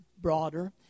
broader